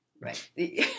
Right